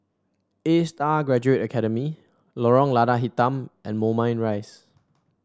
A Star Graduate Academy Lorong Lada Hitam and Moulmein Rise